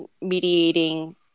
mediating